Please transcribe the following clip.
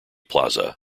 plaza